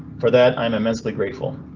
for that, i'm immensely grateful.